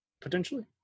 potentially